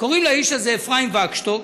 קוראים לאיש הזה אפרים וגשטוק.